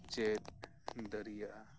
ᱪᱮᱫ ᱫᱟᱲᱮᱭᱟᱜᱼᱟ